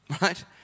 right